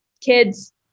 kids